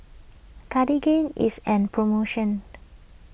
Cartigain is an promotion